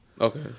Okay